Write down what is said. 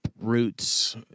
roots